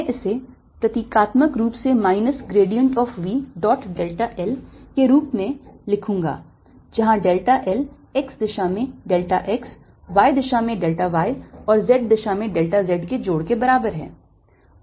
मैं इसे प्रतीकात्मक रूप से minus gradient of v dot delta l के रूप में रूप में लिखूंगा जहां delta l x दिशा में delta x y दिशा में delta y और z दिशा में delta z के जोड़ के बराबर है